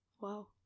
Wow